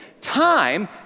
time